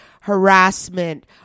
harassment